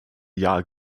jahr